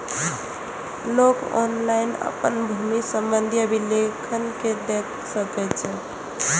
लोक ऑनलाइन अपन भूमि संबंधी अभिलेख कें देख सकै छै